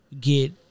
get